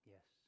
Yes